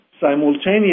simultaneously